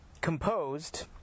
composed